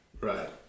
Right